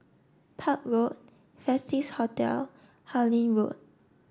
Park Road Hotel Harlyn Road